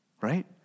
Right